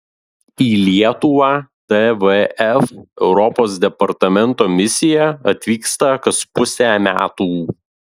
į lietuvą tvf europos departamento misija atvyksta kas pusę metų